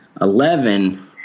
Eleven